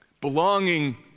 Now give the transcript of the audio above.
Belonging